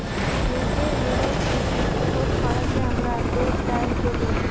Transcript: নিজের ঋণের পুঁজি শোধ করাকে আমরা ডেট ডায়েট বলি